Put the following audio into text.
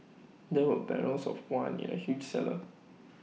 there were barrels of wine in A huge cellar